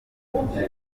haciyeho